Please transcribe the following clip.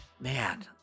man